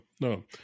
no